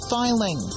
filing